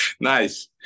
Nice